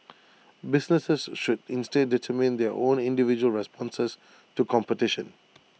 businesses should instead determine their own individual responses to competition